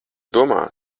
domā